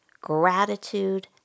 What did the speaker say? gratitude